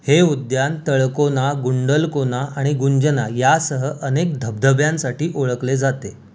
हे उद्यान तळकोना गुंडलकोना आणि गुंजना यासह अनेक धबधब्यांसाठी ओळखले जाते